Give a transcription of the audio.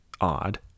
odd